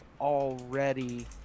already